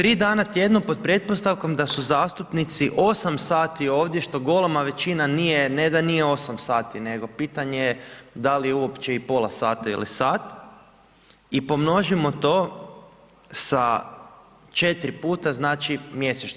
3 dana tjedno, pod pretpostavkom, da su zastupnici 8 sati ovdje, što golema većina, nije, ne da nije 8 sati, nego pitanje je da li uopće pola sata ili sat i pomnožimo to sa 4 puta mjesečno.